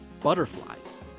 butterflies